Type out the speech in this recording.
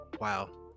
wow